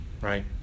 Right